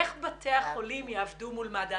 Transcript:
איך בתי החולים יעבדו מול מד"א?